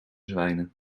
zwijnen